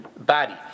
body